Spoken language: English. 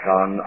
on